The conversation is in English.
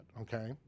okay